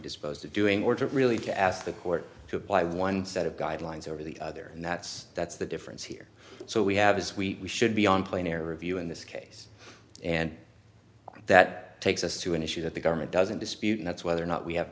disposed to doing or to really to ask the court to apply one set of guidelines over the other and that's that's the difference here so we have as we should be on plain air reviewing this case and that takes us to an issue that the government doesn't dispute and that's whether or not we have